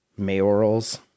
mayorals